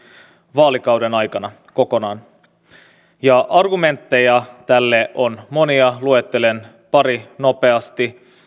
vaalikauden aikana kokonaan argumentteja tälle on monia luettelen pari nopeasti